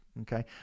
Okay